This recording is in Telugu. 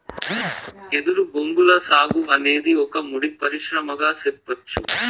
ఎదురు బొంగుల సాగు అనేది ఒక ముడి పరిశ్రమగా సెప్పచ్చు